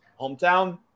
Hometown